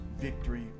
victory